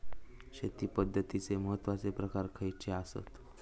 शेती पद्धतीचे महत्वाचे प्रकार खयचे आसत?